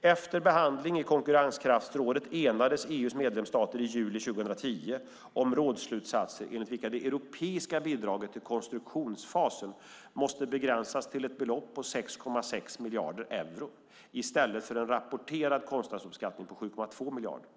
Efter behandling i Konkurrenskraftsrådet enades EU:s medlemsstater i juli 2010 om rådsslutsatser enligt vilka det europeiska bidraget till konstruktionsfasen måste begränsas till ett belopp på 6,6 miljarder euro, i stället för rapporterad kostnadsuppskattning på 7,2 miljarder euro.